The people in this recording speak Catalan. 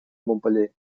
montpeller